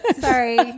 sorry